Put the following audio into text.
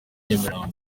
nyamirambo